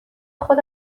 خود